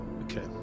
Okay